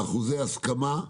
אחוזי הסכמה,